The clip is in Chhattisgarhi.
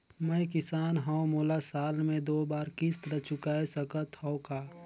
मैं किसान हव मोला साल मे दो बार किस्त ल चुकाय सकत हव का?